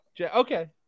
Okay